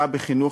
השקעה בחינוך,